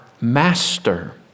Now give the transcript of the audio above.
master